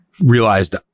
realized